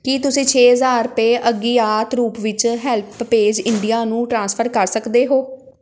ਕੀ ਤੁਸੀਂਂ ਛੇ ਹਜ਼ਾਰ ਰੁਪਏ ਅਗਿਆਤ ਰੂਪ ਵਿੱਚ ਹੈਲਪਪੇਜ ਇੰਡੀਆ ਨੂੰ ਟ੍ਰਾਂਸਫਰ ਕਰ ਸਕਦੇ ਹੋ